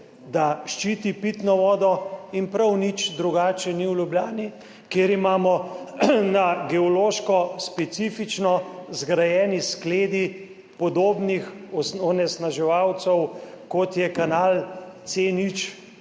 da ščiti pitno vodo in prav nič drugače ni v Ljubljani, kjer imamo na geološko specifično zgrajeni skledi podobnih onesnaževalcev, kot je kanal C0,